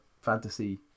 fantasy